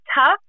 tough